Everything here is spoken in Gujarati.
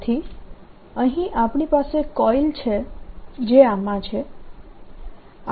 તેથી અહીં આપણી પાસે કોઇલ છે જે આમાં છે